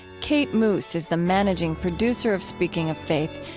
kate moos is the managing producer of speaking of faith,